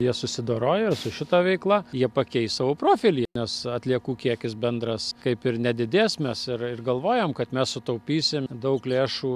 jie susidoroja su šita veikla jie pakeis savo profilį nes atliekų kiekis bendras kaip ir nedidės mes ir ir galvojam kad mes sutaupysim daug lėšų